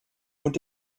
und